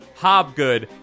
Hobgood